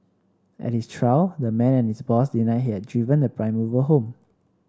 at his trial the man and his boss denied he had driven the prime mover home